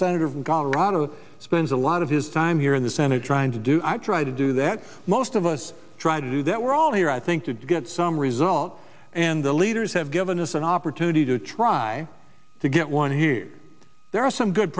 senator from colorado spends a lot of his time here in the senate trying to do i try to do that most of us try to do that we're all here i think to get some result and the leaders have given us an opportunity to try to get one here there are some good